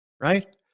right